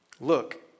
Look